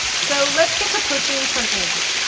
so let's get to poaching some eggs.